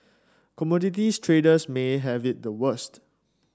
commodities traders may have it the worst